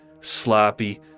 sloppy